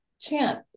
chant